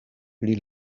pli